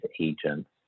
agents